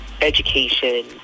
education